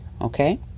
okay